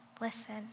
listen